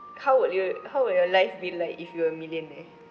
how would you how would your life been like if you're a millionaire